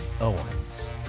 owens